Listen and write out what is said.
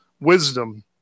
wisdom